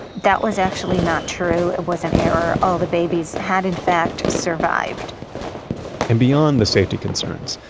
that was actually not true. it was an error. all the babies had in fact survived and beyond the safety concerns.